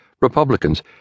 Republicans